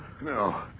No